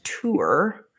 tour